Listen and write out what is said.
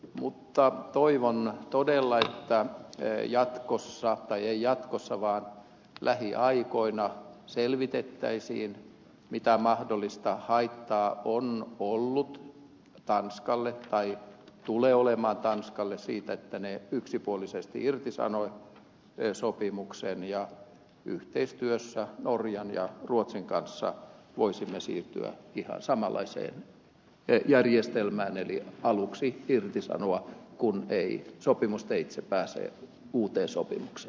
mutta toivon todella että lähiaikoina selvitettäisiin mitä mahdollista haittaa on ollut tanskalle tai tulee olemaan tanskalle siitä että se yksipuolisesti irtisanoi sopimuksen ja yhteistyössä norjan ja ruotsin kanssa voisimme siirtyä ihan samanlaiseen järjestelmään eli aluksi irtisanoa kun ei sopimusteitse päästä uuteen sopimus